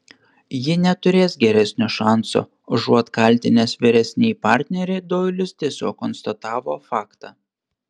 ji neturės geresnio šanso užuot kaltinęs vyresnįjį partnerį doilis tiesiog konstatavo faktą